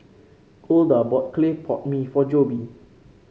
Golda bought Clay Pot Mee for Jobe